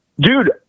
Dude